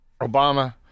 Obama